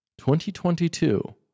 2022